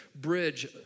bridge